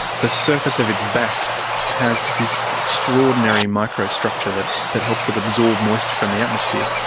the surface of its back has this extraordinary microstructure that that helps it absorb moisture from the atmosphere.